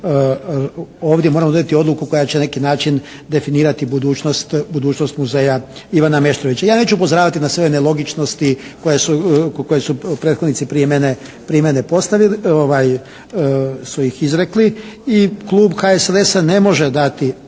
ovdje moramo donijeti odluku koja će na neki način definirati budućnost, budućnost muzeja Ivana Meštrovića. Ja neću upozoravati na sve nelogičnosti koje su prethodnici prije mene postavili, su ih izrekli i Klub HSLS-a ne može dati